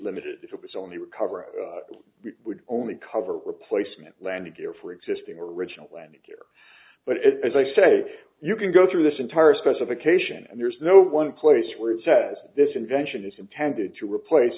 limited it was only recovery would only cover replacement landing gear for existing original landing gear but as i say you can go through this entire specification and there's no one place where it says this invention is intended to replace